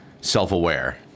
self-aware